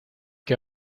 que